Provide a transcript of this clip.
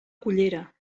cullera